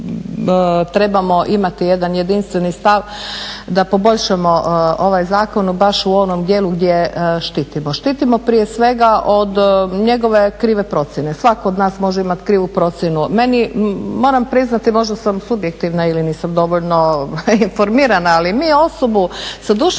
trebamo imati jedan jedinstveni stav da poboljšamo ovaj zakon baš u onom dijelu gdje štitimo. Štitimo prije svega od njegove krive procjene. Svatko od nas može imat krivu procjenu. Moram priznati možda sam subjektivna ili nisam dovoljno informirana, ali mi osobu s duševnim